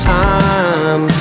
time